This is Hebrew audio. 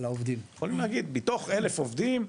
הם יכולים להגיד, מתוך 1,000 עובדים,